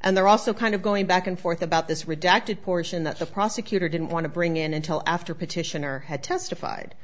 and they're also kind of going back and forth about this redacted portion that the prosecutor didn't want to bring in until after petitioner had testified